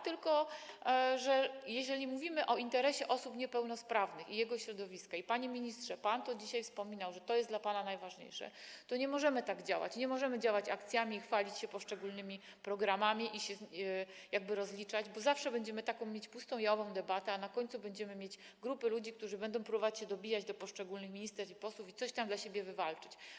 Tylko że jeżeli mówimy o interesie osób niepełnosprawnych i tego środowiska - panie ministrze, pan tu dzisiaj wspominał, że to jest dla pana najważniejsze - to nie możemy tak działać, nie możemy działać w ramach akcji i chwalić się poszczególnymi programami, i się rozliczać, bo zawsze będziemy mieć taką pustą, jałową debatę, a na końcu będziemy mieć grupy ludzi, którzy będą próbować się dobijać do poszczególnych ministerstw i posłów i coś tam dla siebie wywalczyć.